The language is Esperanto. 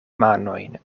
manojn